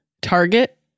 Target